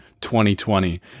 2020